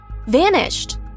vanished